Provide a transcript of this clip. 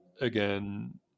again